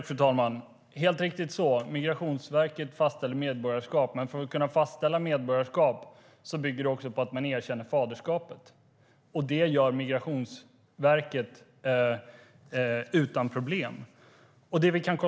Fru talman! Det är helt riktigt att Migrationsverket fastställer medborgarskap. Men ett fastställande av medborgarskap bygger också på att faderskapet erkänns. Detta görs av Migrationsverket utan problem.